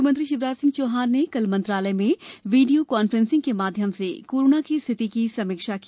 मुख्यमंत्री शिवराज सिंह चौहान ने कल मंत्रालय में वीडियो कान्फ्रॅसिंग के माध्यम से कोरोना की स्थिति की समीक्षा की